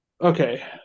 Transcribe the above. Okay